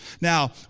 Now